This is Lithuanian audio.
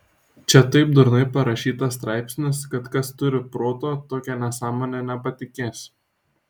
čia taip durnai parašytas straipsnis kad kas turi proto tokia nesąmone nepatikės